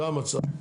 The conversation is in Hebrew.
זה המצב.